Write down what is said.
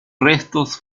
restos